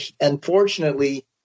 unfortunately